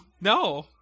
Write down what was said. No